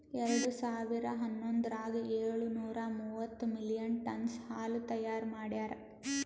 ಎರಡು ಸಾವಿರಾ ಹನ್ನೊಂದರಾಗ ಏಳು ನೂರಾ ಮೂವತ್ತು ಮಿಲಿಯನ್ ಟನ್ನ್ಸ್ ಹಾಲು ತೈಯಾರ್ ಮಾಡ್ಯಾರ್